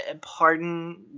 pardon